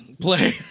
play